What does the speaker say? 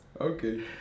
okay